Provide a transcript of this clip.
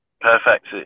perfect